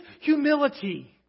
humility